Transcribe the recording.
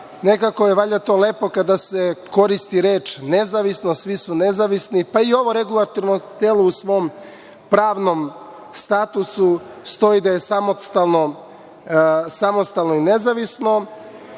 nekako je valjda to lepo kada se koristi reč nezavisno, svi su nezavisni, pa i ovo regulatorno telo u svom pravnom statusu stoji da je samostalno i nezavisno.